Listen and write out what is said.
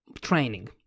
training